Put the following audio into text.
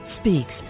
Speaks